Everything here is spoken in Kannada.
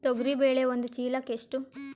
ತೊಗರಿ ಬೇಳೆ ಒಂದು ಚೀಲಕ ಎಷ್ಟು?